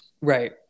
Right